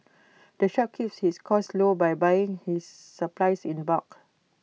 the shop keeps his costs low by buying his supplies in bulk